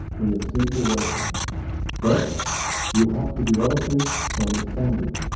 in a simple version but you have to develop it to understand it.